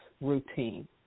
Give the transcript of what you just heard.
routine